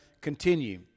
continue